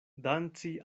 danci